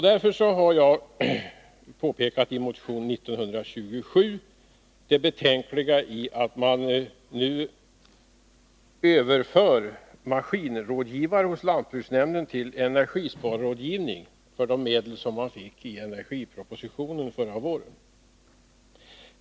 I motion 1927 har jag pekat på det betänkliga i att överföra maskinrådgivare hos lantbruksnämnderna till energisparrådgivning, vilket betalas med de medel man fick genom energipropositionen förra våren.